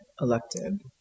elected